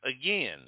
Again